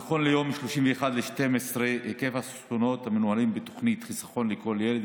נכון ליום 31 בדצמבר היקף החסכונות המנוהלים בתוכנית חיסכון לכל ילד